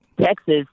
Texas